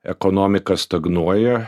ekonomika stagnuoja